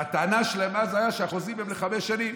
והטענה שלהם אז הייתה שהחוזים הם לחמש שנים.